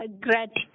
gratitude